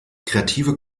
kreative